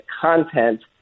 content